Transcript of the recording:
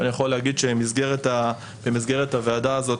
במסגרת הוועדה הזאת